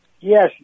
Yes